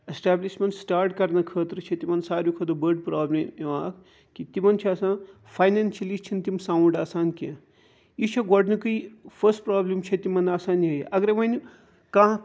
establishment start کرنہٕ خٲطرٕ چھِ تِمَن ساروی کھۄتہٕ بٔڑ پرابلم یِوان اکھ کہِ تِمَن چھ آسان فاینانشَلی چھِ نہٕ تِم ساوُنٛڈ آسان کینٛہہ یہِ چھُ کۄڈنکُے فٔسٹ پرابلم چھِ تمن آسان یِہے اگرے وۄنۍ کانٛہہ